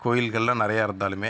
கோயில்கள்லாம் நிறைய இருந்தாலுமே